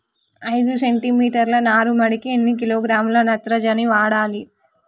ఐదు సెంటి మీటర్ల నారుమడికి ఎన్ని కిలోగ్రాముల నత్రజని వాడాలి?